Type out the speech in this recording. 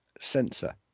sensor